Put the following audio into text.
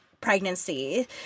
pregnancy